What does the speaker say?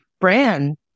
brand